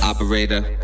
Operator